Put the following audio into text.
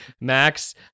Max